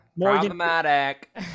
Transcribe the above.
Problematic